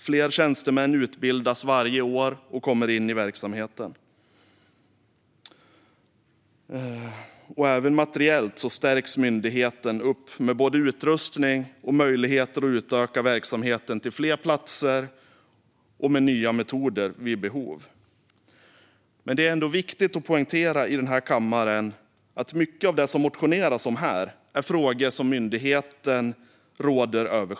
Fler tjänstemän utbildas varje år och kommer in i verksamheten. Även materiellt stärks myndigheten med både utrustning och möjligheter att utöka verksamheten till fler platser och med nya metoder vid behov. Det är ändå viktigt att i denna kammare poängtera att mycket av det som det motioneras om är frågor som myndigheten själv råder över.